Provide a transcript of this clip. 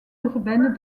urbaine